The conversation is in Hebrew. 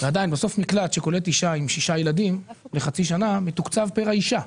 ועדיין מקלט שקולט אישה עם שישה ילדים לחצי שנה מתוקצב פר האישה.